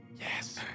yes